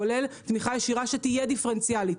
כולל תמיכה ישירה שתהיה דיפרנציאלית,